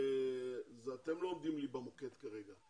אתם לא עומדים לי במוקד כרגע.